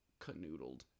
canoodled